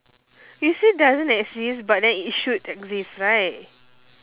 you said doesn't exist but then it should exist right